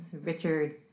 Richard